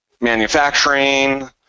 manufacturing